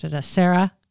Sarah